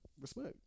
Respect